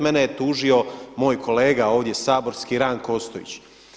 Mene je tužio moj kolega ovdje saborski Ranko Ostojić.